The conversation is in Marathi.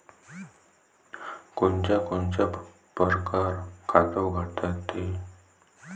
कोनच्या कोनच्या परकारं खात उघडता येते?